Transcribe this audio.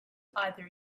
either